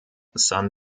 san